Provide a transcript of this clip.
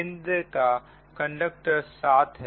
केंद्र का कंडक्टर 7 है